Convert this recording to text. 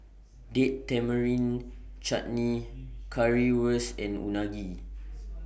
Date Tamarind Chutney Currywurst and Unagi